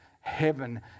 heaven